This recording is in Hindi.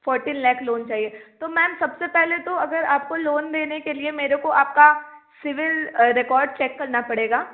फोरटीन लेख लोन चाहिए तो मैम सबसे पहले तो अगर आपको लोन देने के लिए मेरे को आपका सिविल रिकॉर्ड चेक करना पड़ेगा